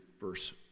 verse